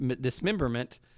dismemberment